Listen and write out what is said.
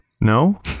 no